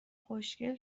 خوشگل